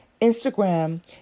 Instagram